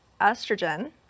estrogen